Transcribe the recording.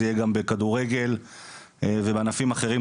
זה יהיה גם בכדורגל ובענפים אחרים,